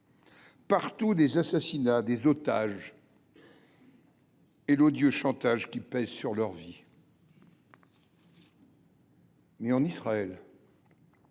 partout des assassinats, des otages et l’odieux chantage qui pèse sur leur vie. Toutefois, en Israël,